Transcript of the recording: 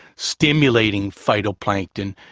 stimulating phytoplankton,